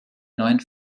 neuen